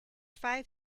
five